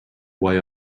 way